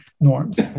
norms